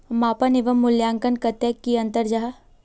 मापन एवं मूल्यांकन कतेक की अंतर जाहा?